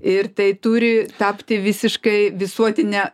ir tai turi tapti visiškai visuotine